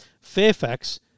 Fairfax